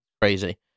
crazy